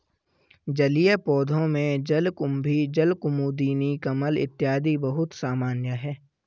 जलीय पौधों में जलकुम्भी, जलकुमुदिनी, कमल इत्यादि बहुत सामान्य है